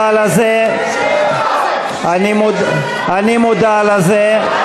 עשר, תשע, שמונה, שבע, שש, אני מודע לזה.